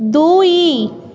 ଦୁଇ